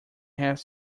have